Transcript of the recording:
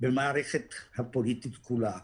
למערכת הפוליטית כולה,